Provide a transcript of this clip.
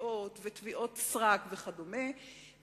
תביעות ותביעות סרק וכדומה,